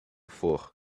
for